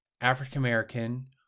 African-American